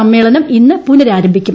സമ്മേളനം ഇന്ന് പുനരാരംഭിക്കും